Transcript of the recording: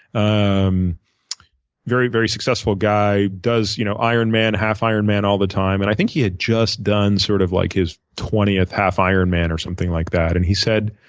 um very, very successful guy, does you know iron man, half iron man all the time. and i think he had just done sort of like his twentieth half iron man or something like that. and he said,